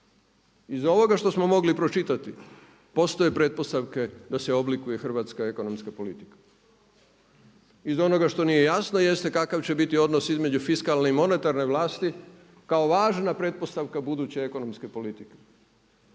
Iz ovoga što smo mogli pročitati postoje pretpostavke da se oblikuje hrvatska ekonomska politika. Iz onoga što nije jasno jeste kakav će biti odnos između fiskalne i monetarne vlasti kao važna pretpostavka buduće ekonomske politike.